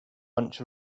bunch